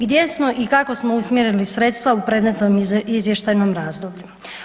Gdje smo i kako smo usmjerili sredstva u predmetnom izvještajnom razdoblju?